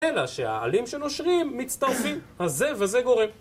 אלא שהעלים שנושרים מצטרפים, אז זה וזה גורם.